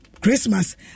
Christmas